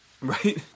Right